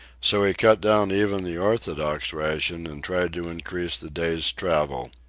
so he cut down even the orthodox ration and tried to increase the day's travel.